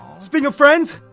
speaking of friends.